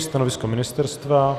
Stanovisko ministerstva?